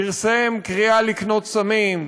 פרסם קריאה לקנות סמים,